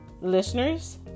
listeners